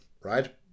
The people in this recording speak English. right